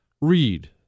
Read